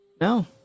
No